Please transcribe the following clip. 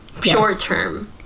short-term